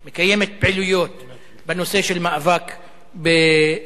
מקיימת פעילויות בנושא של מאבק באלימות.